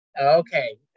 Okay